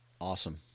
Awesome